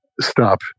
stop